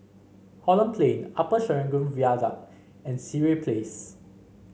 Holland Plain Upper Serangoon Viaduct and Sireh Place